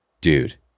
dude